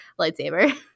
lightsaber